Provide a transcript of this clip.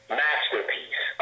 masterpiece